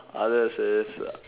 others is